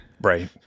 right